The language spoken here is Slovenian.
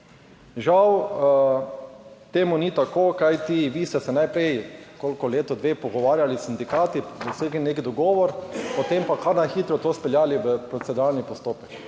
Žal temu ni tako, kajti vi ste se najprej, koliko, leto, dve pogovarjali s sindikati, dosegli nek dogovor, potem pa kar na hitro to speljali v proceduralni postopek.